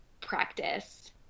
practice